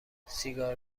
سیگار